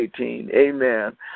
Amen